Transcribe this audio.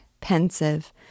pensive